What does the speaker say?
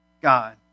God